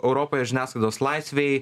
europoje žiniasklaidos laisvei